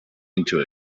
into